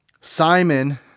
Simon